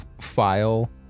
file